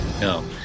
No